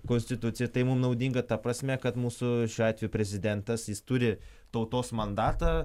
konstitucija tai mum naudinga ta prasme kad mūsų šiuo atveju prezidentas jis turi tautos mandatą